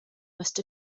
must